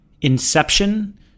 inception